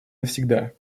навсегда